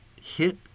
hit